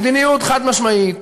מדיניות חד-משמעית